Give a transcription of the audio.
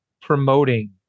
promoting